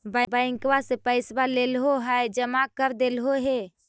बैंकवा से पैसवा लेलहो है जमा कर देलहो हे?